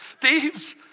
Thieves